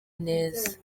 neza